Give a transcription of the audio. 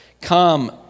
Come